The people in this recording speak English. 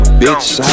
bitch